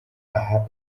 aha